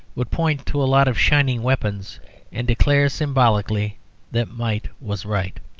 would point to a lot of shining weapons and declare symbolically that might was right.